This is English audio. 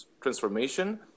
Transformation